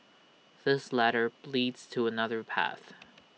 this ladder leads to another path